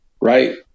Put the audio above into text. right